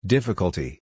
Difficulty